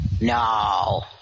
No